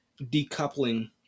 decoupling